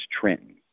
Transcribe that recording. trenton